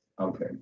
Okay